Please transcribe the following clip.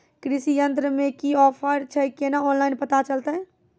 कृषि यंत्र मे की ऑफर छै केना ऑनलाइन पता चलतै?